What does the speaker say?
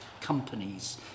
companies